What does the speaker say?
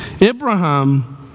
Abraham